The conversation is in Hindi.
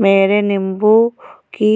मेरे नींबू की